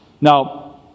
Now